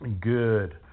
good